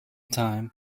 time